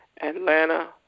Atlanta